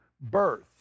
birth